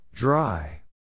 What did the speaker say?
Dry